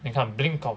你看 blink of